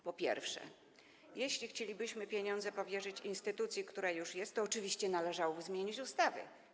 Po pierwsze, jeśli chcielibyśmy pieniądze powierzyć instytucji, która już jest, to oczywiście należałoby zmienić ustawy.